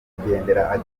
nyakwigendera